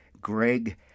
Greg